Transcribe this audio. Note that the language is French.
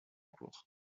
cour